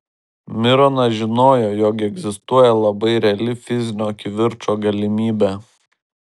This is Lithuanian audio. mironas žinojo jog egzistuoja labai reali fizinio kivirčo galimybė